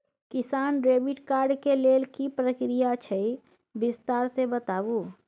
किसान credit card के लेल की प्रक्रिया अछि विस्तार से बताबू?